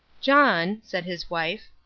john, said his wife,